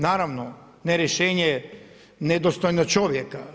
Naravno, ne rješenje nedostojno čovjeka.